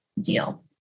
deal